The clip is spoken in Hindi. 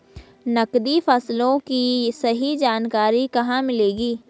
नकदी फसलों की सही जानकारी कहाँ मिलेगी?